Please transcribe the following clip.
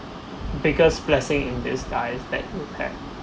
biggest blessing in disguise that you've had